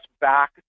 back